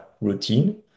routine